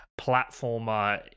platformer